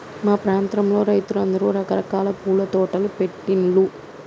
మా ప్రాంతంలో రైతులందరూ రకరకాల పూల తోటలు పెట్టిన్లు